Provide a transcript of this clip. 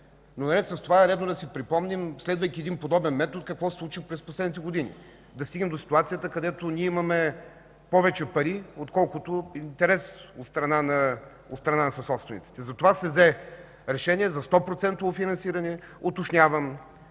Но наред с това е редно да си припомним, следвайки един подобен метод, какво се случи през последните години, за да стигнем до ситуацията, където имаме повече пари, отколкото интерес от страна на съсобствениците. Затова се взе решение за 100-процентово финансиране. Уточнявам,